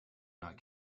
not